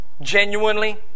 Genuinely